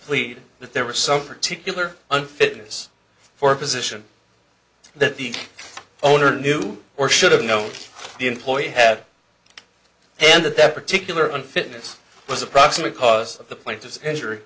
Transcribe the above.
plead that there were some particular unfitness for position that the owner knew or should have known the employee had and that that particular unfitness was a proximate cause of the plaintiff's injury